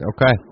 Okay